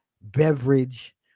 beverage